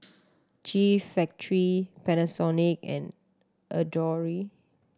G Factory Panasonic and Adore